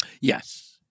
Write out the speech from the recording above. Yes